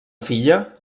filla